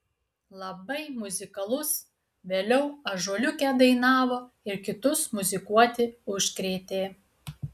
labai muzikalus vėliau ąžuoliuke dainavo ir kitus muzikuoti užkrėtė